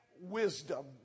wisdom